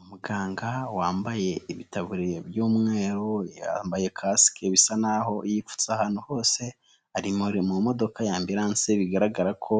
Umuganga wambaye ibibu by'umweru, yambaye kasike bisa n'aho yipfutse ahantu hose ari mu modoka ya ambulance bigaragara ko